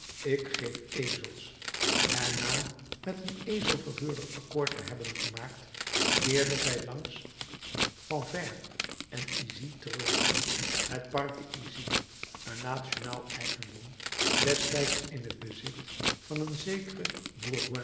ik geef ezels en na met een ezelverhuurder accoord te hebben gemaakt keerden zij langs vanvres en issy terug het park te issy een nationaal eigendom destijds in t bezit van een zekeren